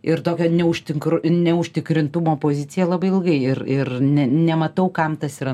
ir tokio neužtinkru neužtikrintumo pozicija labai ilgai ir ir ne nematau kam tas yra